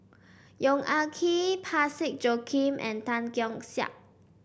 Yong Ah Kee Parsick Joaquim and Tan Keong Saik